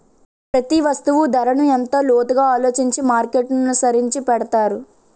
ప్రతి వస్తువు ధరను ఎంతో లోతుగా ఆలోచించి మార్కెట్ననుసరించి పెడతారు